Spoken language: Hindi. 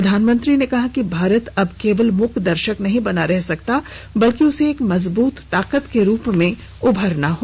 प्रधानमंत्री ने कहा कि भारत अब केवल मुकदर्शक नहीं बना रह सकता बल्कि उसे एक मजबूत ताकत के रूप में उभरना है